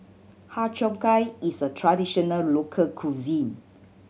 Har Cheong Gai is a traditional local cuisine